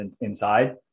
inside